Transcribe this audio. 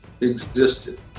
existed